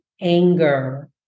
anger